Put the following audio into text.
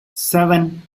seven